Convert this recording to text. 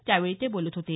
त्यावेळी ते बोलत होते